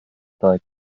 steigt